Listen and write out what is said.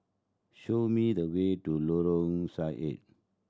show me the way to Lorong Sarhad